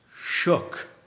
shook